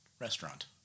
restaurant